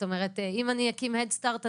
אם אני אקים הדסטארט (headstart),